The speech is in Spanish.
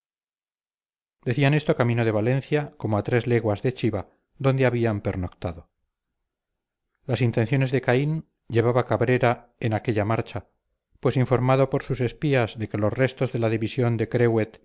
decían esto camino de valencia como a tres leguas de chiva donde habían pernoctado las intenciones de caín llevaba cabrera en aquella marcha pues informado por sus espías de que los restos de la división de crehuet